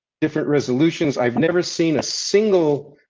different resolutions i've never seen a single.